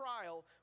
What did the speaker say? trial